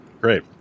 great